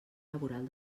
laboral